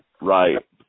Right